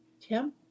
Tim